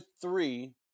three